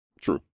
True